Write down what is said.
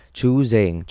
choosing